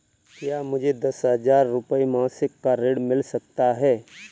क्या मुझे दस हजार रुपये मासिक का ऋण मिल सकता है?